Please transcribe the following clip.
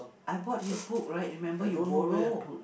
I bought his book right remember you borrow